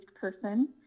person